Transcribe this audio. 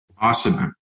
Awesome